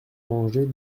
manger